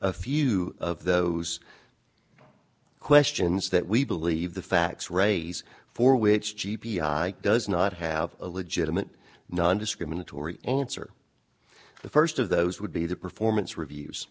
a few of those questions that we believe the facts raise for which g b i does not have a legitimate nondiscriminatory answer the first of those would be the performance reviews